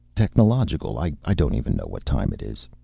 technological i don't even know what time it is.